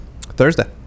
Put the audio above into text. Thursday